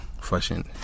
fashion